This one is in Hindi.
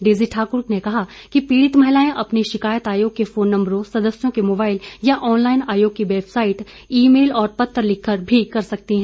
डेजी ठाक्र ने कहा कि पीड़ित महिलाएं अपनी शिकायत आयोग के फोन नम्बरों सदस्यों के मोबाइल या ऑनलाईन आयोग की वैबसाईट ई मेल और पत्र लिखकर कर सकती हैं